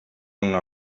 una